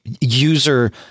user